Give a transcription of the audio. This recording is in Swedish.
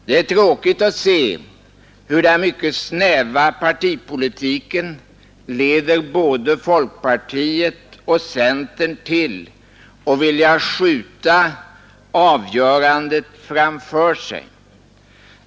Det är tråkigt att se hur den mycket snäva partipolitiken leder både folkpartiet och centern till att vilja skjuta avgörandet framför sig.